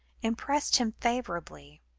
impressed him favourably.